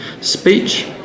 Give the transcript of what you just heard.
speech